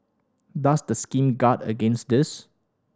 does the scheme guard against this